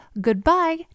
goodbye